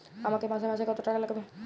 আমাকে মাসে মাসে কত টাকা লাগবে?